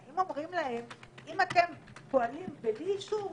אז אפשר לומר להם: אם אתם פועלים בלי אישור,